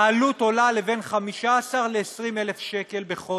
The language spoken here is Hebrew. העלות עולה לבין 15,000 ל-20,000 שקל לחודש.